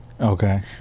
Okay